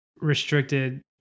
restricted